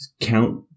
count